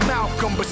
Malcolm